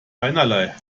einerlei